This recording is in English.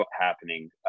happening